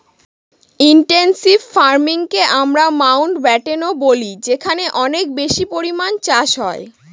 intensive ফার্মিংকে আমরা মাউন্টব্যাটেনও বলি যেখানে অনেক বেশি পরিমানে চাষ হয়